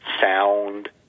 sound